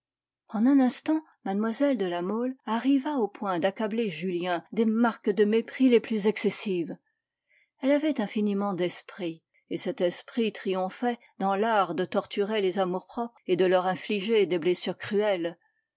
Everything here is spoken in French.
en un instant mlle de la mole arriva au point d'accabler julien des marques de mépris les plus excessives elle avait infiniment d'esprit et cet esprit triomphait dans l'art de torturer les amours-propres et de leur infliger des blessures cruelles